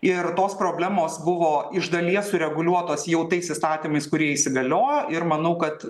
ir tos problemos buvo iš dalies sureguliuotos jau tais įstatymais kurie įsigaliojo ir manau kad